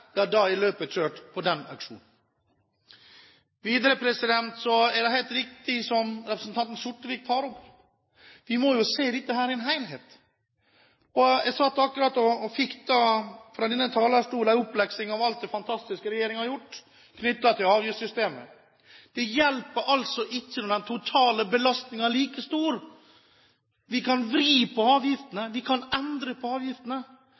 den auksjonen. Det er videre helt riktig det som representanten Sortevik tar opp: Vi må se dette i en helhet. Jeg satt nettopp her og fikk fra denne talerstolen en oppleksing om alt det fantastiske som regjeringen har gjort når det gjelder avgiftssystemet. Det hjelper altså ikke når den totale belastningen er like stor! Vi kan vri på avgiftene, vi kan endre på avgiftene,